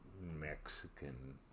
Mexican